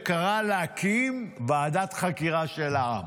וקרא להקים ועדת חקירה של העם.